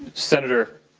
senator,